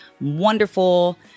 wonderful